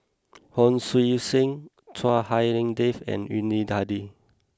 Hon Sui Sen Chua Hak Lien Dave and Yuni Hadi